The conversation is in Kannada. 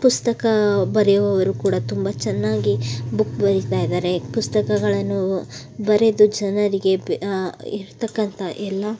ಪುಸ್ತಕ ಬರೆಯುವವರು ಕೂಡ ತುಂಬ ಚೆನ್ನಾಗಿ ಬುಕ್ ಬರಿತಾ ಇದ್ದಾರೆ ಪುಸ್ತಕಗಳನ್ನೂ ಬರೆದು ಜನರಿಗೆ ಬೆ ಇರತಕ್ಕಂಥ ಎಲ್ಲ